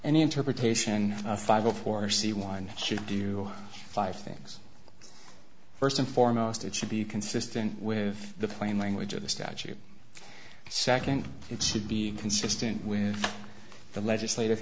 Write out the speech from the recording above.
and interpretation five o four c one should do five things first and foremost it should be consistent with the plain language of the statute second it should be consistent with the legislative